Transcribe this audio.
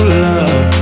love